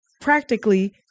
practically